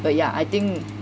but yeah I think